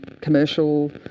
commercial